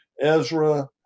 Ezra